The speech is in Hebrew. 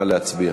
נא להצביע.